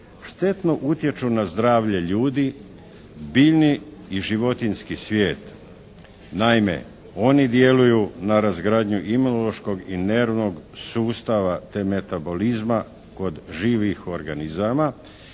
štetno utječu na zdravlje ljudi, biljni i životinjski svijet. Naime, oni djeluju na razgradnju imunološkog i nervnog sustava, te metabolizma kod živih organizama,